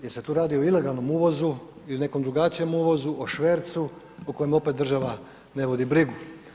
Jel se tu radi o ilegalnom uvozu ili nekom drugačijem uvozu, o švercu o kojem opet država ne vodi brigu.